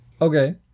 Okay